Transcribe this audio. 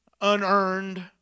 unearned